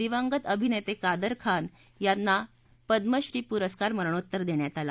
दिवंगत अभिनत्त्विदरखान यांना पद्मश्री पुरस्कार मरणोत्तर देण्यात आला